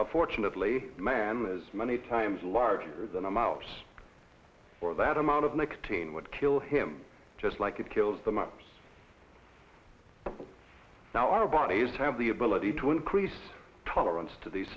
drum fortunately man is many times larger than a mouse for that amount of nicotine would kill him just like it kills the mothers now our bodies have the ability to increase tolerance to these